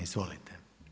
Izvolite.